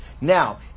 Now